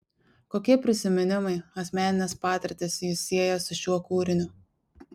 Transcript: kokie prisiminimai asmeninės patirtys jus sieja su šiuo kūriniu